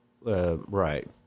Right